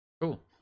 Cool